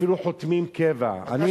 אפילו חותמים קבע.